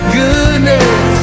goodness